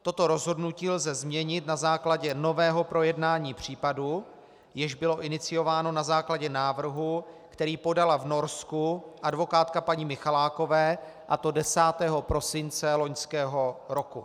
Toto rozhodnutí lze změnit na základě nového projednání případu, jež bylo iniciováno na základě návrhu, který podala v Norsku advokátka paní Michalákové, a to 10. prosince loňského roku.